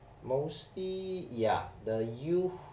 mostly ya the youth